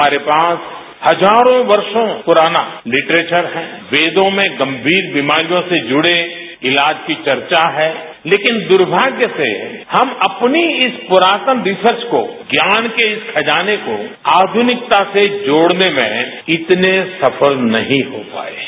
हमारे पास हजारों वर्षों पुराना लिटरेचर है वेदों में गंभीर बीमारियों से जुड़े इलाज की चर्चा है लेकिन दुर्भाग्य से हम अपनी इस पुरातन रिसर्च को ज्ञान के इस खजाने को आधुनिकता से जोड़ने में इतने सफल नहीं हो पाए है